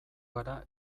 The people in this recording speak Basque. gara